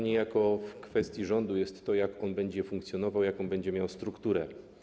Niejako w gestii rządu jest to, jak będzie on funkcjonował, jaką będzie miał strukturę.